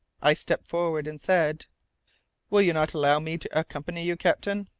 i stepped forward and said will you not allow me to accompany you, captain?